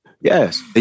Yes